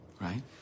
right